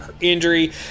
injury